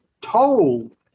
told